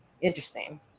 interesting